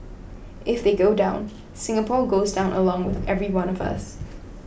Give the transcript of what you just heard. if they go down Singapore goes down along with every one of us